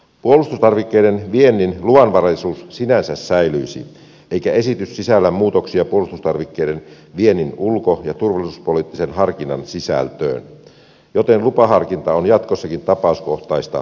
puolustustarvikkeiden viennin luvanvaraisuus sinänsä säilyisi eikä esitys sisällä muutoksia puolustustarvikkeiden viennin ulko ja turvallisuuspoliittisen harkinnan sisältöön joten lupaharkinta on jatkossakin tapauskohtaista ja kokonaisharkintaa